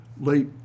late